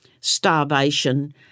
starvation